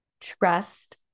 trust